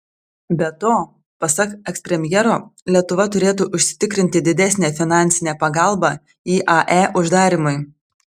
be to pasak ekspremjero lietuva turėtų užsitikrinti didesnę finansinę pagalbą iae uždarymui